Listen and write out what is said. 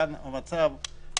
כאן המצב סביר.